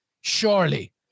surely